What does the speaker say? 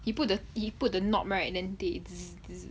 he put the he put the knob right and then